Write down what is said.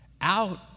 out